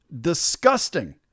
disgusting